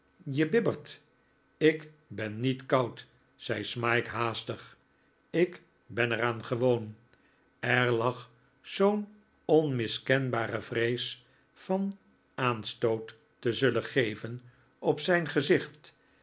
je bibbert ik ben niet koud zei smike haastig eerste ontboezemingen van smike i ik ben er aan gewoon er lag zoo'n onmiskenbare vrees van aanstoot te zullen geven op zijn gezicht